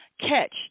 catch